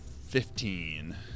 Fifteen